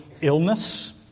illness